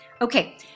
Okay